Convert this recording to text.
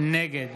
נגד